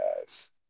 guys